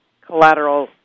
collateral